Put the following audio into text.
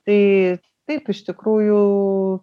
tai taip iš tikrųjų